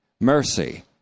Mercy